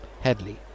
Headley